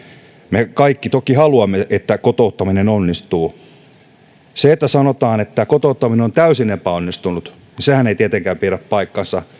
me kaikki toki haluamme että kotouttaminen onnistuu sehän että sanotaan että kotouttaminen on täysin epäonnistunut ei tietenkään pidä paikkaansa